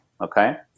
Okay